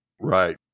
Right